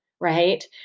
right